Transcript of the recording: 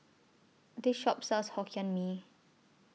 This Shop sells Hokkien Mee